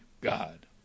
God